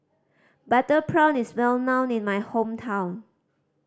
butter prawn is well known in my hometown